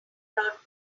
brought